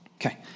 Okay